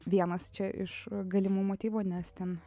vienas iš galimų motyvų nes ten